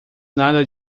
nada